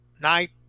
night